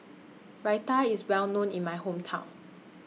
Raita IS Well known in My Hometown